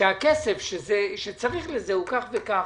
שהכסף שצריך לזה הוא כך וכך.